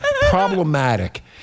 problematic